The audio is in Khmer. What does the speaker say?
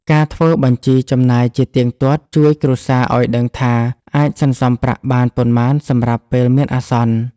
ការធ្វើបញ្ជីចំណាយជាទៀងទាត់ជួយគ្រួសារឲ្យដឹងថាអាចសន្សំប្រាក់បានប៉ុន្មានសម្រាប់ពេលមានអាសន្ន។